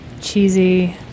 cheesy